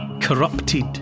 corrupted